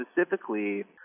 specifically